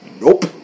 nope